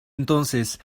entonces